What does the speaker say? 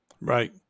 Right